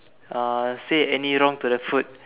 uh say any wrong to the food